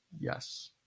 yes